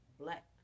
black